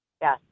yes